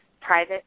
private